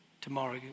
Tomorrow